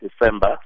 December